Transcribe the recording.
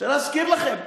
רוצה להזכיר לכם,